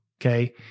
okay